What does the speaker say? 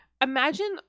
imagine